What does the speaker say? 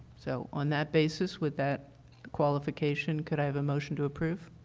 so on that basis, would that qualification can i have a motion to approve?